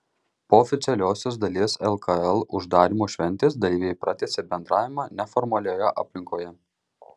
po oficialiosios dalies lkl uždarymo šventės dalyviai pratęsė bendravimą neformalioje aplinkoje